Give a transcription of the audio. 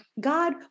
God